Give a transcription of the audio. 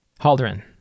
Haldren